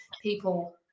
people